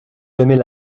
jamais